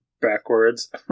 backwards